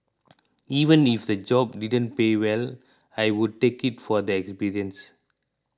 even if the job didn't pay well I would take it for the experience